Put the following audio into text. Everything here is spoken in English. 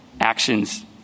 actions